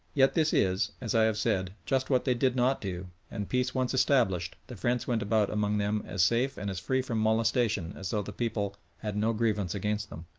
yet this is, as i have said, just what they did not do, and peace once established, the french went about among them as safe and as free from molestation as though the people had no grievance against them.